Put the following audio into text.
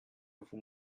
vous